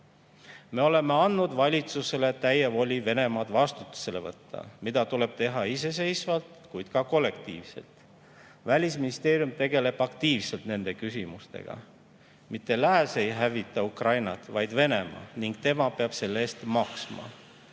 Me oleme andnud valitsusele täie voli Venemaa vastutusele võtta, mida tuleb teha iseseisvalt, kuid ka kollektiivselt. Välisministeerium tegeleb aktiivselt nende küsimustega. Mitte lääs ei hävita Ukrainat, vaid Venemaa, ning tema peab selle eest maksma.